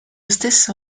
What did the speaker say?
stesso